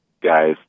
guys